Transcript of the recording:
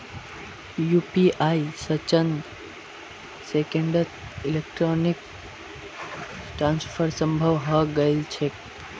UPI स चंद सेकंड्सत इलेक्ट्रॉनिक ट्रांसफर संभव हई गेल छेक